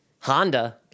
Honda